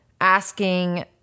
asking